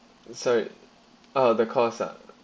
sorry oh the cost ah